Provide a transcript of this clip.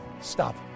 Stop